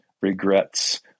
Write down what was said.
regrets